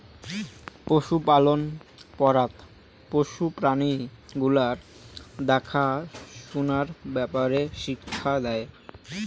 পশুপালন পড়াত পশু প্রাণী গুলার দ্যাখা সুনার ব্যাপারে শিক্ষা দেই